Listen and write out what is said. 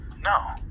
no